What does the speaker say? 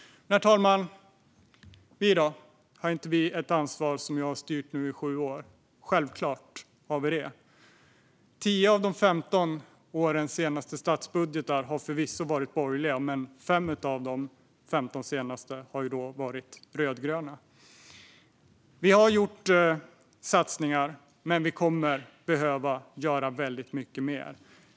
Herr talman! Men vi då, som har styrt i sju år nu, har inte vi ett ansvar? Självklart har vi det. Tio av de femton senaste årens statsbudgetar har förvisso varit borgerliga, men fem av dem har varit rödgröna. Vi har gjort satsningar, men vi kommer att behöva göra mycket mer.